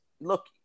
look